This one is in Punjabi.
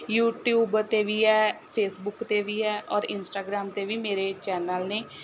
ਯੂਟਿਊਬ 'ਤੇ ਵੀ ਹੈ ਫੇਸਬੁੱਕ 'ਤੇ ਵੀ ਹੈ ਔਰ ਇੰਸਟਾਗ੍ਰਾਮ 'ਤੇ ਵੀ ਮੇਰੇ ਚੈਨਲ ਨੇ